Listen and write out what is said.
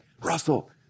Russell